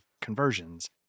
conversions